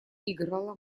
играла